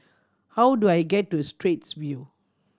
how do I get to Straits View